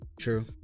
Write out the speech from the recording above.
true